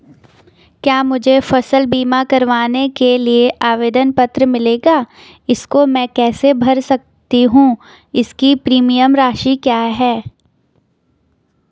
क्या मुझे फसल बीमा करवाने के लिए आवेदन पत्र मिलेगा इसको मैं कैसे भर सकता हूँ इसकी प्रीमियम राशि क्या है?